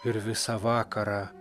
ir visą vakarą